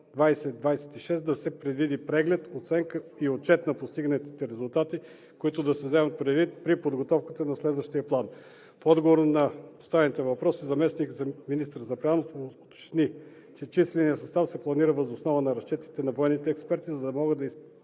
2026 да се предвиди преглед, оценка и отчет на постигнатите резултати, които да се вземат предвид при подготовка на следващия план. В отговор на поставените въпроси заместник-министър Запрянов уточни, че численият състав се планира въз основа на разчетите на военните експерти, за да може да се изпълнят